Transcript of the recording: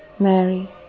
Mary